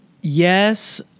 Yes